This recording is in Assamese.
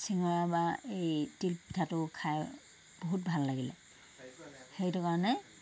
চিঙৰা বা এই তিলপিঠাটো খাই বহুত ভাল লাগিলে সেইটো কাৰণে